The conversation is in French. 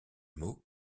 mot